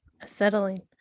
Acetylene